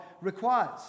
requires